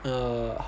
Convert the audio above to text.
err